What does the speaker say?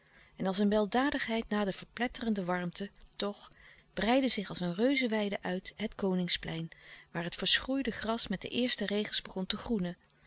en als een weldadigheid na de verpletterende warmte toch breidde zich als een reuzeweide uit het koningsplein waar het verschroeide gras met de eerste regens begon te groenen